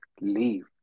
leave